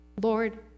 Lord